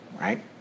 right